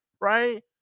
right